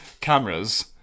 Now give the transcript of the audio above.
cameras